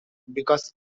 because